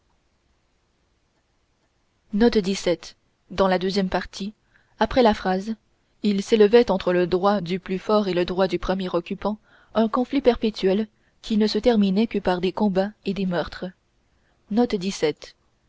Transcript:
il s'élevait entre le droit du plus fort et le droit du premier occupant un conflit perpétuel qui ne se terminait que par des combats et des meurtres